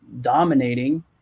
dominating